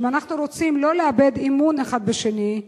שאם אנחנו רוצים לא לאבד אמון אחד בשני,